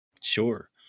Sure